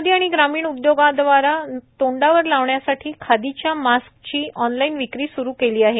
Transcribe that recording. खादी आणि ग्रामीण उद्योग आयोगाद्वारा तोंडावर लावण्यासाठी खादीच्या मास्क्सची ऑनलाइन विक्री सुरू केली आहे